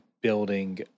building